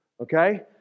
Okay